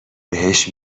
بهش